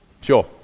Sure